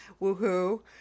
woohoo